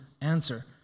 answer